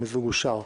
המיזוג אושר.